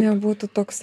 nebūtų toks